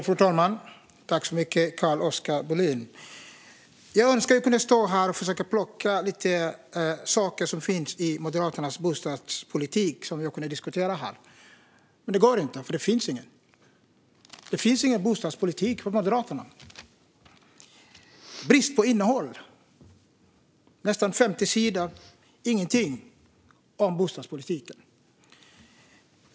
Fru talman! Jag önskar att jag kunde stå här och plocka lite saker som finns i Moderaternas bostadspolitik och diskutera dem, men det går inte. Det finns nämligen ingen. Det finns ingen bostadspolitik från Moderaterna. Det är brist på innehåll - på nästan 50 sidor står det ingenting om bostadspolitiken.